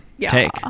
take